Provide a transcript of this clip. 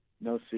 no